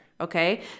okay